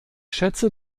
schätze